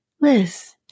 Liz